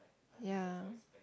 ya